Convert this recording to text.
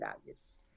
values